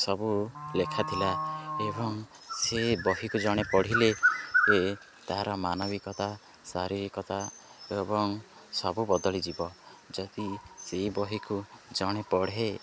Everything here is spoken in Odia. ସବୁ ଲେଖାଥିଲା ଏବଂ ସେ ବହିକୁ ଜଣେ ପଢ଼ିଲେ ତାର ମାନବିକତା ଶାରୀରିକତା ଏବଂ ସବୁ ବଦଳିଯିବ ଯଦି ସେଇ ବହିକୁ ଜଣେ ପଢ଼େ